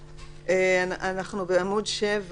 אנחנו בעמ' 7